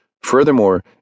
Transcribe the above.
Furthermore